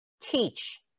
Teach